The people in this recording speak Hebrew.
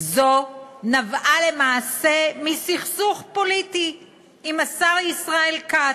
זו נבעה למעשה מסכסוך פוליטי עם השר ישראל כץ.